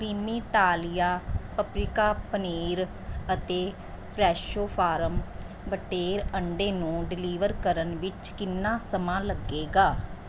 ਕਰੀਮੀਟਾਲੀਆ paprika paneer ਅਤੇ Fresho farm ਬਟੇਰ ਅੰਡੇ ਨੂੰ ਡਿਲੀਵਰ ਕਰਨ ਵਿੱਚ ਕਿੰਨਾ ਸਮਾਂ ਲੱਗੇਗਾ